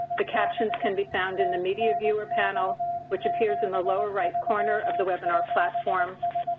the captions can be found in the media viewer panel which appears in the lower right corner of the webinar platform.